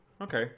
Okay